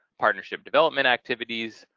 partnership development activities,